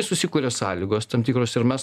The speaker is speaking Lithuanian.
susikuria sąlygos tam tikros ir mes